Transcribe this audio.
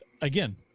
again